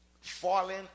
falling